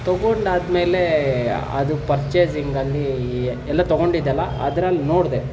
ತಗೊಂಡು ಆದಮೇಲೆ ಅದು ಪರ್ಚೇಸಿಂಗಲ್ಲಿ ಎಲ್ಲ ತಗೊಂಡಿದ್ದೆಲ್ಲ ಅದ್ರಲ್ಲಿ ನೋಡಿದೆ